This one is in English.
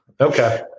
Okay